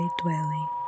dwelling